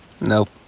Nope